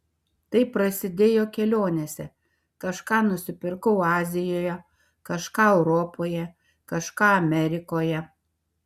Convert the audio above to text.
tai prasidėjo kelionėse kažką nusipirkau azijoje kažką europoje kažką amerikoje